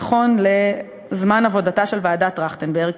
נכון לזמן עבודתה של ועדת טרכטנברג,